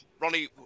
Ronnie